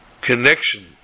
connection